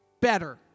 better